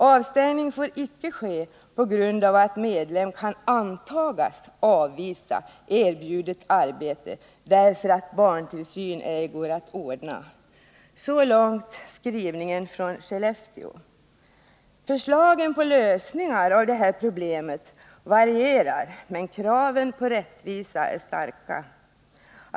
Avstängning får icke ske på grund av att medlem kan antagas avvisa erbjudet arbete därför att barntillsyn ej går att ordna.” Förslagen till lösningar av detta problem varierar, men kraven på rättvisa är starka.